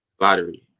lottery